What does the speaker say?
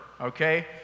okay